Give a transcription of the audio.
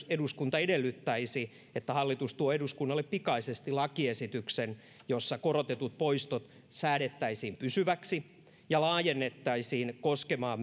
eduskunta edellyttäisi että hallitus tuo eduskunnalle pikaisesti lakiesityksen jossa korotetut poistot säädettäisiin pysyviksi ja laajennettaisiin koskemaan